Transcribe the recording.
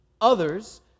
Others